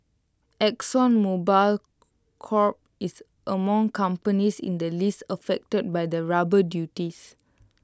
exxon Mobil Corp is among companies in the list affected by the rubber duties